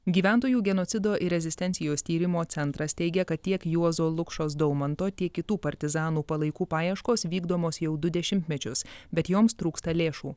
gyventojų genocido ir rezistencijos tyrimo centras teigia kad tiek juozo lukšos daumanto tiek kitų partizanų palaikų paieškos vykdomos jau du dešimtmečius bet joms trūksta lėšų